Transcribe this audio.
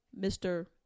Mr